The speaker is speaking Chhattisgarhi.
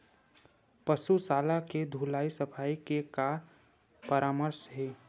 पशु शाला के धुलाई सफाई के का परामर्श हे?